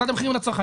מדד המחירים לצרכן,